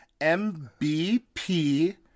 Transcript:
MBP